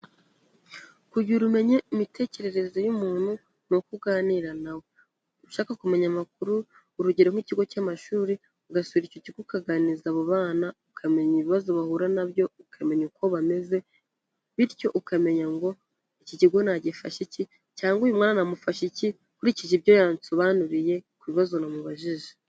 Kugira umenya imitekerereze y'umuntu ni uko uganira nawe, ushaka kumenya amakuru urugero, nk'ikigo cy'amashuri, ugasura icyo kigo ukaganiriza abo bana ukamenya ibibazo bahura nabyo, ukamenya uko bameze bityo ukamenya ngo iki kigo nagifashe iki, cyangwa uyu mwana namufasha iki, nkurikije ibyo yansobanuriye ku bibazo namubajije.